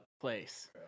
place